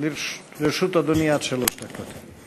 לרשות אדוני עד שלוש דקות.